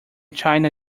china